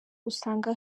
usanga